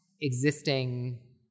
existing